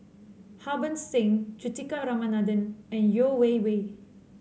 Harbans Singh Juthika Ramanathan and Yeo Wei Wei